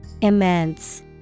Immense